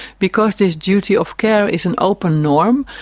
because this duty of care is an open norm,